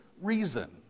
reason